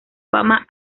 fama